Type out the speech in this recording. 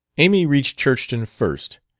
amy reached churchton first,